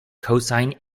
cosine